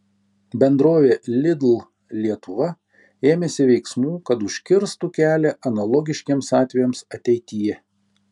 bendrovė lidl lietuva ėmėsi veiksmų kad užkirstų kelią analogiškiems atvejams ateityje